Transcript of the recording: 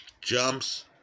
jumps